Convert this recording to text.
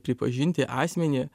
pripažinti asmenį